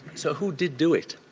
so who did do it?